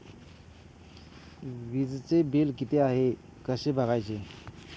वीजचे बिल किती आहे कसे बघायचे?